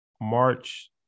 March